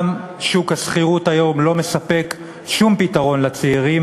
גם שוק השכירות היום לא מספק שום פתרון לצעירים,